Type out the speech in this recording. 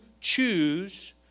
choose